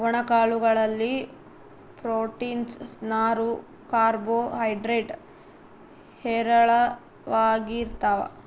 ಒಣ ಕಾಳು ಗಳಲ್ಲಿ ಪ್ರೋಟೀನ್ಸ್, ನಾರು, ಕಾರ್ಬೋ ಹೈಡ್ರೇಡ್ ಹೇರಳವಾಗಿರ್ತಾವ